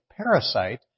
parasite